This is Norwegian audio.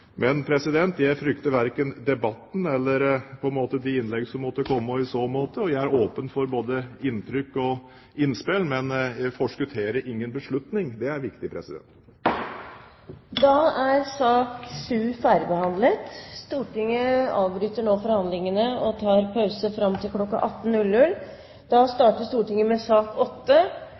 Men jeg frykter verken debatten eller de innlegg som måtte komme i så måte, og jeg er åpen for både inntrykk og innspill. Men jeg forskutterer ingen beslutning – det er viktig. Da er sak nr. 7 ferdigbehandlet. Stortinget avbryter nå forhandlingene og tar pause fram til kl. 18. Da starter Stortinget med sak